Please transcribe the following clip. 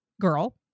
girl